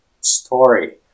story